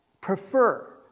prefer